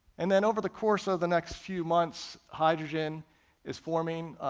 and then over the course of the next few months, hydrogen is forming,